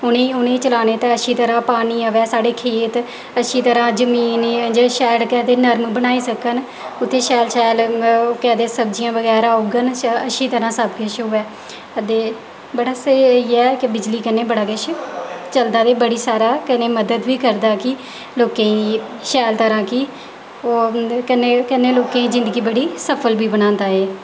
उ'नेंगी उ'नेंगी चलाने तै अच्ची तरह् पानी अवै साढ़े खेत अच्छी तरह् जमीन इयां शैल केह् आखदे नर्म बनाई सकन उत्थें शैल शैल केह् आखदे सब्जियां बगैरा उग्गन अच्छी तरह् सब किश होऐ ते बड़ा स्हेई ऐ कि बिजली कन्नै बड़ा किश चलदा ऐ ते बड़ी सारा कन्नै मदद बी करदा कि लोकें गी शैल तरह कि ओह् कन्नै कन्नै लोकें दी जिंदगी बड़ी सफल बी बनांदा ऐ